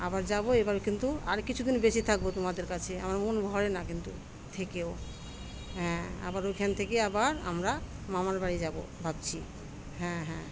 আবার যাবো এবার কিন্তু আর কিছুদিন বেশি থাকবো তোমাদের কাছে আমার মন ভরে না কিন্তু থেকেও হ্যাঁ আবার ওইখান থেকে আবার আমরা মামার বাড়ি যাব ভাবছি হ্যাঁ হ্যাঁ